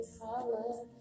colors